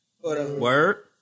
Word